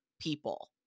people